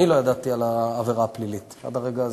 אני לא ידעתי על העבירה הפלילית עד הרגע הזה,